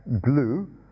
glue